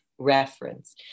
reference